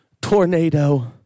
tornado